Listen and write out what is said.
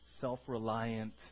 self-reliant